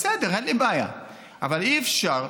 בסדר, אין לי בעיה, אבל אי-אפשר,